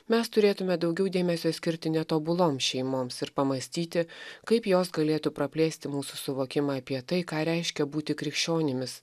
mes turėtume daugiau dėmesio skirti ne tobuloms šeimoms ir pamąstyti kaip jos galėtų praplėsti mūsų suvokimą apie tai ką reiškia būti krikščionimis